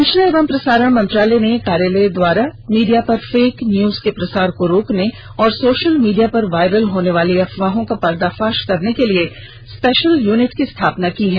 सूचना एवं प्रसारण मत्रालय ने कार्यालय द्वारा मीडिया पर फेक न्यूज के प्रसार को रोकने और सोषल मीडिया पर वायरल होने वाली अफवाहों का पर्दाफाष करने के लिए स्पेषल यूनिट की स्थापना की है